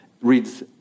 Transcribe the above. reads